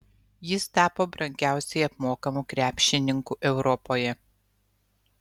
jis tapo brangiausiai apmokamu krepšininku europoje